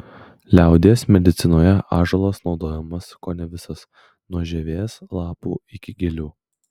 liaudies medicinoje ąžuolas naudojamas kone visas nuo žievės lapų iki gilių